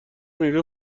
میوه